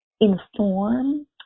inform